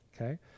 Okay